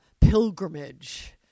pilgrimage